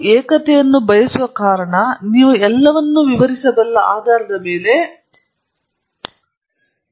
ನೀವು ಏಕತೆಯನ್ನು ಬಯಸುತ್ತಿರುವ ಕಾರಣ ನೀವು ಎಲ್ಲವನ್ನೂ ವಿವರಿಸಬಲ್ಲ ಆಧಾರದ ಮೇಲೆ ಕನಿಷ್ಟ ಸಂಖ್ಯೆಯ ಮೂಲಭೂತ ನಷ್ಟ ಏನೆಂದು ತಿಳಿಯಲು ನೀವು ಬಯಸುತ್ತೀರಿ